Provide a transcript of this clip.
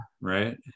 right